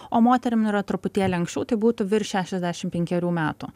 o moterim yra truputėlį anksčiau tai būtų virš šešiasdešimt penkerių metų